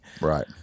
right